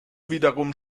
wiederum